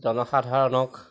জনসাধাৰণক